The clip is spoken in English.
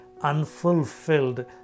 unfulfilled